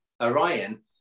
Orion